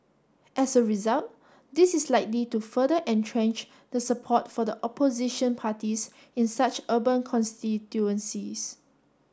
as a result this is likely to further entrench the support for the opposition parties in such urban constituencies